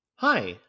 Hi